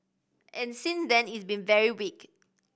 and since then it's been very weak